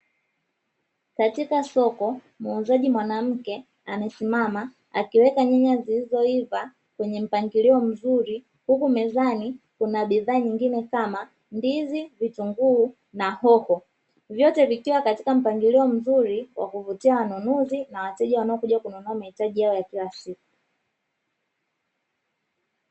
Katika soko muuzaji mwanamke amesimama akiweka nyanya zilizoiva kwenye mpangilio mzuri, huku mezani kuna bidhaa nyingine kama ndizi, hoho na vitunguu vyote vikiwa katika mpangilio mzuri wa kuvutia wanunuzi na wateja wanaokuja kununua mahitaji yao ya kila siku.